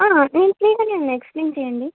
నేను ఫ్రీగానే ఉన్న ఎక్స్ప్లేన్ చెయ్యండి